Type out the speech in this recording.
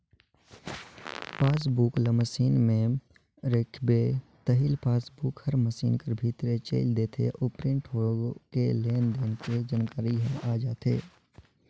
passbook ल machine में राखबे ताहले पासबुक हर मसीन कर भीतरे चइल देथे अउ प्रिंट होके लेन देन के जानकारी ह आ जाथे